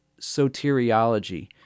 soteriology